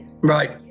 right